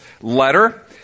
letter